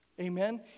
Amen